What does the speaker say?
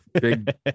Big